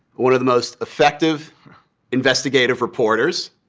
one of the most effective investigative reporters.